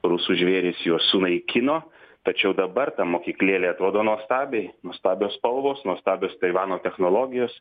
rusų žvėrys juos sunaikino tačiau dabar ta mokyklėlė atrodo nuostabiai nuostabios spalvos nuostabios taivano technologijos